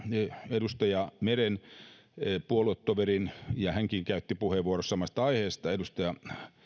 edustaja meren puoluetoverin ja hänkin käytti puheenvuoron samasta aiheesta edustaja